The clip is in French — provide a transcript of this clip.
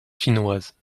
finnoise